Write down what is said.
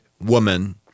woman